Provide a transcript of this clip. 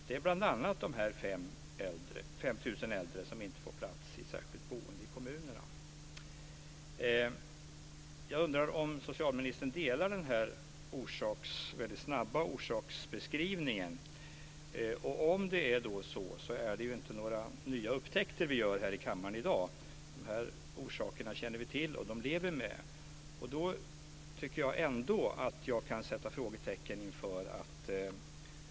Det är bl.a. de 5 000 äldre som inte får plats i särskilt boende i kommunerna. Jag undrar om socialministern delar den här väldigt snabbt gjorda orsaksbeskrivningen. Om det är så här är det ju inte några nya upptäckter som vi gör här i kammaren i dag. De här orsakerna känner vi till, och de lever vi med. Då tycker jag att jag ändå kan sätta ett frågetecken när det gäller detta.